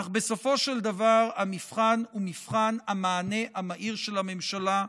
אך בסופו של דבר המבחן הוא מבחן המענה המהיר של הממשלה.